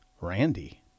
Randy